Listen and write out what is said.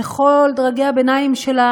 וכל דרגי הביניים של,